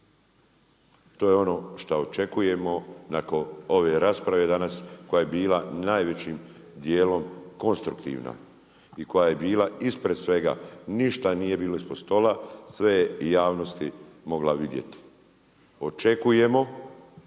To je ono šta očekujemo nakon ove rasprave danas koja je bila najvećim dijelom konstruktivna i koja je bila ispred svega, ništa nije bilo ispod stola, sve je javnost mogla vidjeti. Očekujemo